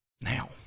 Now